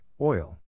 Oil